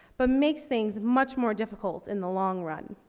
but makes things much more difficult in the long run.